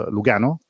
Lugano